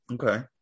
Okay